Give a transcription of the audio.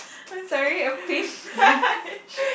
I'm sorry a paintbrush